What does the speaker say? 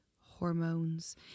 hormones